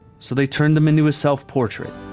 so they turned them into a self-portrait.